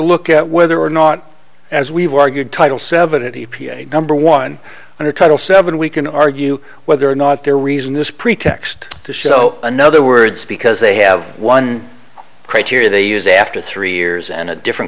look at whether or not as we've argued title seven and number one under title seven we can argue whether or not there reason this pretext to show another words because they have one criteria they use after three years and a different